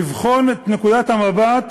לבחון את נקודת המבט